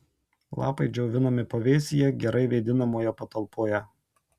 lapai džiovinami pavėsyje gerai vėdinamoje patalpoje